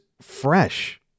fresh